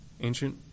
ancient